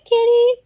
Kitty